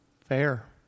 fair